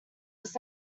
was